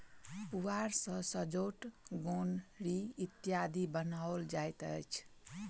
पुआर सॅ सजौट, गोनरि इत्यादि बनाओल जाइत अछि